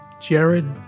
Jared